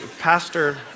pastor